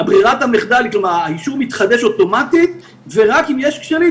ברירת המחדל היא שהאישור מתחדש אוטומטית ורק אם יש כשלים,